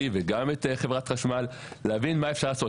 וגם את חברת חשמל להבין מה אפשר לעשות,